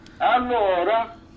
Allora